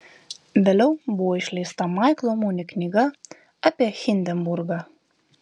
vėliau buvo išleista maiklo muni knyga apie hindenburgą